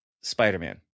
Spider-Man